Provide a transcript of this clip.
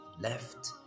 left